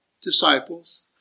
disciples